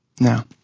Now